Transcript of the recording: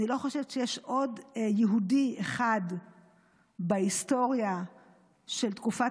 אני לא חושבת שיש עוד יהודי אחד בהיסטוריה של תקופת